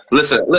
Listen